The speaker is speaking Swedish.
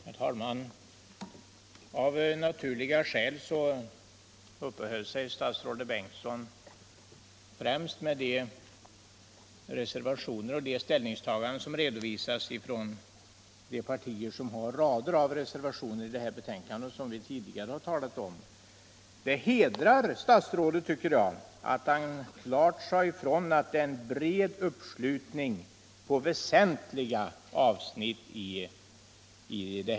Herr talman! Av naturliga skäl uppehöll sig statsrådet Bengtsson främst vid de ställningstaganden som redovisas från de partier som har rader av reservationer i det här betänkandet och som vi tidigare har talat om. Det hedrar statsrådet, tycker jag, att han klart sade ifrån att det råder en bred uppslutning på väsentliga avsnitt.